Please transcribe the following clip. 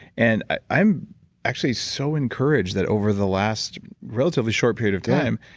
and i'm actually so encouraged that over the last relatively short period of time,